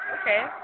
Okay